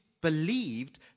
believed